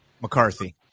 McCarthy